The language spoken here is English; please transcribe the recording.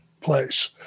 place